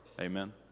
Amen